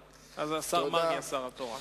הכיסא הזה ונהנית לשמוע שאומרים עליהם סמרטוטים,